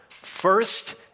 First